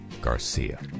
Garcia